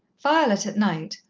violet at night,